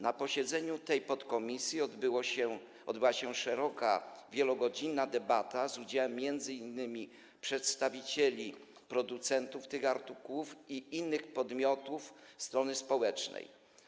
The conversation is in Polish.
Na posiedzeniu tej podkomisji odbyła się szeroka, wielogodzinna debata z udziałem m.in. przedstawicieli producentów tych artykułów i innych podmiotów strony społecznej.